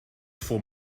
for